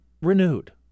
renewed